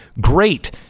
great